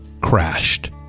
crashed